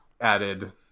added